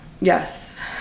yes